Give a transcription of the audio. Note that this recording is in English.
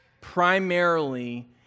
primarily